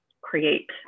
create